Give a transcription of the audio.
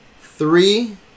three